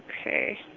Okay